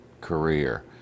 career